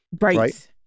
right